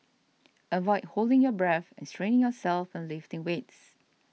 avoid holding your breath and straining yourself when lifting weights